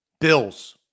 Bill's